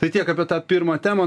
tai tiek apie tą pirmą temą